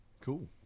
Cool